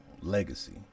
legacy